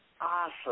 awesome